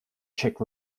czech